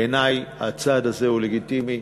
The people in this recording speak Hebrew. בעיני הצעד הזה לגיטימי,